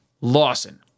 Lawson